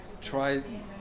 try